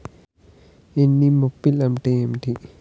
Anemophily అంటే ఏంటి?